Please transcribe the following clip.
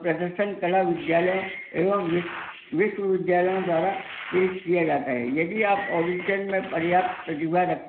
प्रदर्शन कला विद्यालयों एवं विश्वविद्यालयों द्वारा पेश किया जाता है यदि आप ऑडिसन में पर्याप्त प्रतिभा